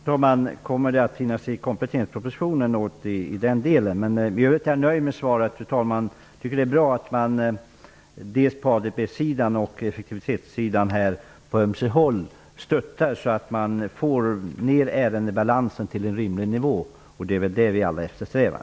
Fru talman! Kommer något förslag att finnas med i kompletteringspropositionen? Fru talman! I övrigt är jag nöjd med svaret. Jag tycker att det är bra att man på bl.a. ADB-sidan och även på andra håll genomför effektiviseringar för att få ned ärendebalansen till en rimlig nivå. Det är väl det vi alla eftersträvar.